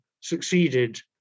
succeeded